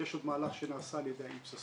יש עוד מהלך שנעשה על ידי IASB,